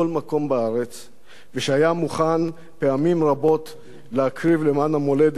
והיה מוכן פעמים רבות להקריב למען המולדת את היקר מכול,